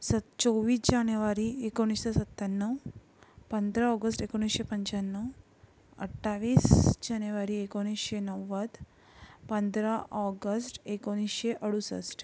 सत चोवीस जानेवारी एकोणिसशे सत्त्याण्णव पंधरा ऑगस्ट एकोणिसशे पंच्याण्णव अठ्ठावीस जानेवारी एकोणिसशे नव्वद पंधरा ऑगस्ट एकोणिसशे अडुसष्ट